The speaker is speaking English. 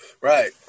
Right